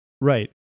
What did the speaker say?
Right